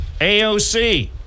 AOC